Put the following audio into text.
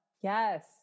yes